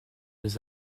les